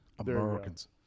Americans